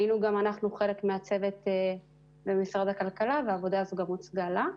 היינו גם אנחנו חלק מהצוות במשרד הכלכלה והעבודה הזו גם הוצגה לו.